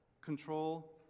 control